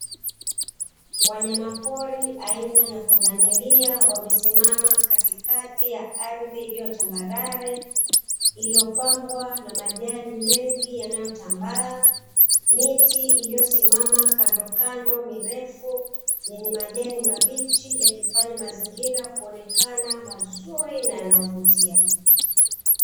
Wanyamapori aina ya pundamilia wamesimama katikati ya ardhi iliyo tambarare, iliyopambwa na majani mengi yanayotambaa, miti iliyosimama kandokando, mirefu yenye majani mabichi yakifanya mazingira kuonekana mazuri na yanayovutia.